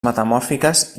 metamòrfiques